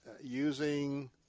using